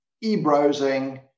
e-browsing